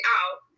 out